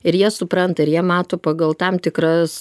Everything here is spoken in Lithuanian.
ir jie supranta ir jie mato pagal tam tikras